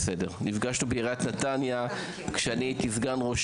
נפגשנו בעיריית נתניה כשאני הייתי סגן ראש